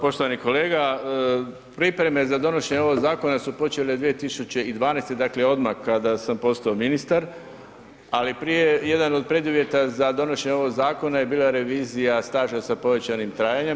Poštovani kolega, pripreme za donošenje ovog zakona su počele 2012., dakle odmah kada sam postao ministar, ali prije jedan od preduvjeta za donošenje ovog zakona je bila revizija staža sa povećanim trajanjem.